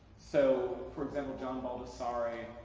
so for example, john baldessari